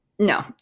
No